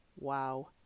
Wow